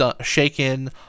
shaken